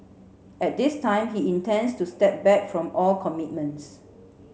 at this time he intends to step back from all commitments